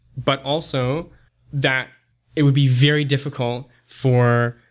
but also that it would be very difficult for,